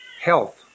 health